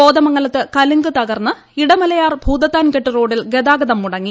കോതമംഗലത്ത് കലുങ്ക് തകർന്ന് ഇടമലയാർ ഭൂതത്താൻ കെട്ട് ദ്യോഡിൽ ഗതാഗതം മുടങ്ങി